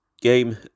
game